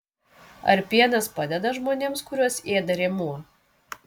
ar pienas padeda žmonėms kuriuos ėda rėmuo